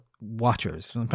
watchers